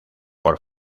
por